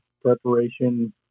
preparation